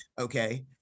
okay